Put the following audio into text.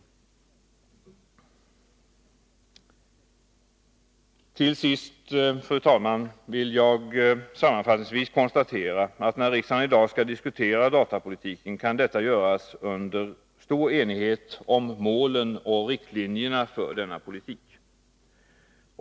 Till sist, fru talman, vill jag sammanfattningsvis konstatera att när riksdagen i dag skall diskutera datapolitiken kan detta göras under stor enighet om målen och riktlinjerna för denna politik.